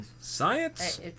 Science